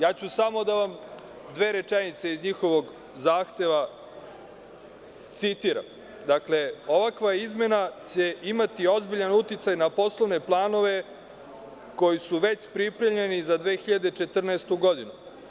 Samo ću dve rečenice iz njihovog zahteva da vam citiram: „Ovakva izmena će imati ozbiljan uticaj na poslovne planove koji su već pripremljeni za 2014. godinu.